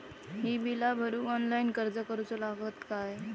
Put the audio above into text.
ही बीला भरूक ऑनलाइन अर्ज करूचो लागत काय?